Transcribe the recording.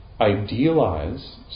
Idealize